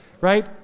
right